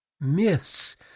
myths